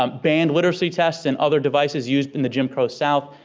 um banned literacy tests and other devices used in the jim crow south,